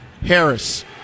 Harris